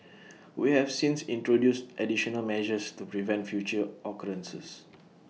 we have since introduced additional measures to prevent future occurrences